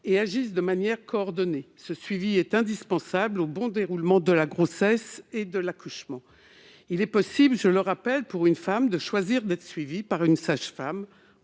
et agiraient de manière coordonnée. Ce suivi est indispensable au bon déroulement de la grossesse et de l'accouchement. Je le rappelle, il est possible, pour une femme, de choisir d'être suivie, en prénatal, par une sage-femme.